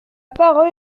parole